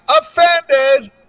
offended